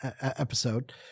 episode